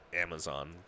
Amazon